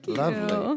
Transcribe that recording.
lovely